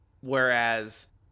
whereas